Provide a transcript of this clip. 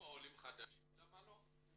אם העולים חדשים, למה לא?